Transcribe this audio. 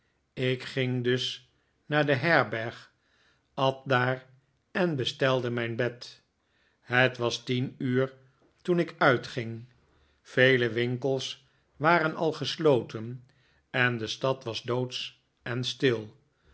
ik ging dus naar de herberg at daar en bestelde mijn bed het was tien uur toen ik uitging vele winkels waren al gesloten en de stad was doodsch en stil